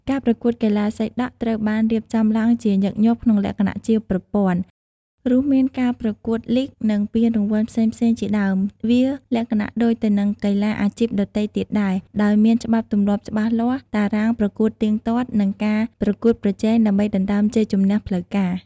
ការប្រកួតកីឡាសីដក់ត្រូវបានរៀបចំឡើងជាញឹកញាប់ក្នុងលក្ខណៈជាប្រព័ន្ធ រួមមានការប្រកួតលីគ និងពានរង្វាន់ផ្សេងៗជាដើម វាលក្ខណៈដូចទៅនឹងកីឡាអាជីពដទៃទៀតដែរ ដោយមានច្បាប់ទម្លាប់ច្បាស់លាស់ តារាងប្រកួតទៀងទាត់ និងការប្រកួតប្រជែងដើម្បីដណ្តើមជ័យជម្នះផ្លូវការ។